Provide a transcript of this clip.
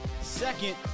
second